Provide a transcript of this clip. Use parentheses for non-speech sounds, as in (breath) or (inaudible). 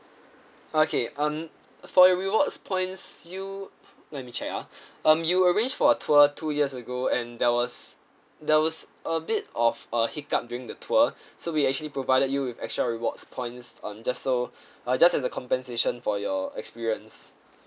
okay um for your rewards points you let me check ah um you arrange for a tour two years ago and there was there was a bit of a hiccup during the tour (breath) so we actually provided you with extra rewards points on just so uh just as a compensation for your experience